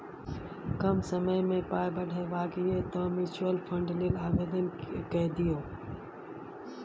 कम समयमे पाय बढ़ेबाक यै तँ म्यूचुअल फंड लेल आवेदन कए दियौ